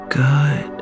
good